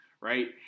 right